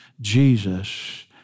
Jesus